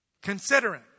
considering